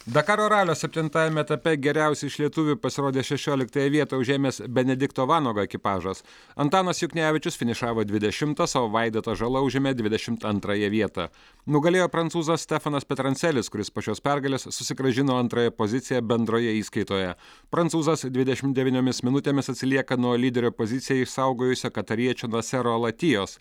dakaro ralio septintajame etape geriausiai iš lietuvių pasirodė šešioliktąją vietą užėmęs benedikto vanago ekipažas antanas juknevičius finišavo dvidešimtas o vaidotas žala užėmė dvidešimt antrąją vietą nugalėjo prancūzas stefanas petrancelis kuris po šios pergalės susigrąžino antrąją poziciją bendroje įskaitoje prancūzas dvidešim devyniomis minutėmis atsilieka nuo lyderio poziciją išsaugojusio katariečio nasero alatijos